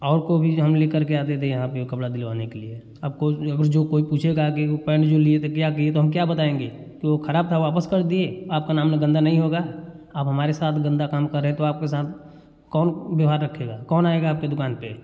और को भी हम लेकर के आते थे यहाँ पर कपड़ा दिलवाने के लिए अब कोई अगर जो कोई पूछेगा कि वो पैंट जो लिए थे क्या किये तो हम क्या बताएँगे की वो ख़राब था वापस कर दिए आपका नाम गन्दा नहीं होगा आप हमारे साथ गन्दा काम कर रहे तो आपके साथ कौन व्यवहार रखेगा कौन आएगा आपके दुकान पर